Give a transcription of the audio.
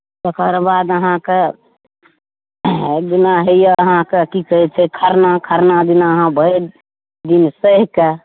तकर बाद अहाँके जेना होइए अहाँके की कहैत छै खरना खरना दिन अहाँ भरि दिन सहिके